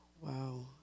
wow